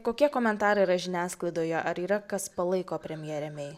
kokie komentarai yra žiniasklaidoje ar yra kas palaiko premjerę mei